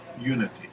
unity